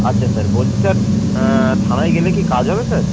আচ্ছা স্যার বলছি স্যার থানায় গেলে কি কাজ হবে স্যার